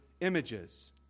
images